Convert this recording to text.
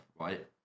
right